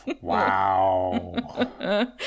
Wow